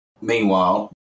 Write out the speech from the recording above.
Meanwhile